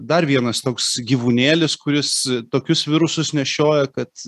dar vienas toks gyvūnėlis kuris tokius virusus nešioja kad